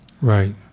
Right